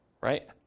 Right